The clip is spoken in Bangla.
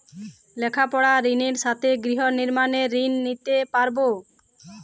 লেখাপড়ার ঋণের সাথে গৃহ নির্মাণের ঋণ নিতে পারব?